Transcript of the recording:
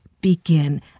begin